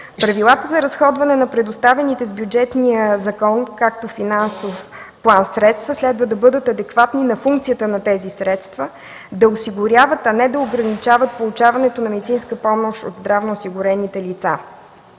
Правилата за разходване на предоставените с Бюджетния закон, както финансов план, средства следва да бъдат адекватни на функцията на тези средства – да осигуряват, а не да ограничават получаването на медицинска помощ от здравноосигурените лица.